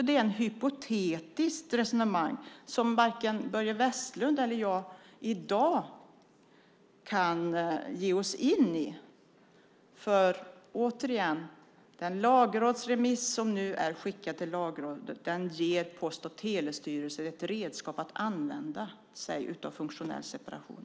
Det är ett hypotetiskt resonemang, som varken Börje Vestlund eller jag i dag kan ge oss in i. Återigen: Den lagrådsremiss som nu är skickad till Lagrådet ger Post och telestyrelsen ett redskap som de kan använda för funktionell separation.